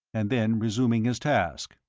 and then resuming his task.